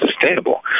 sustainable